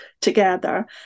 together